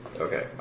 Okay